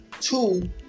two